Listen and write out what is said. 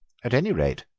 at any rate,